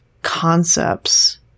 concepts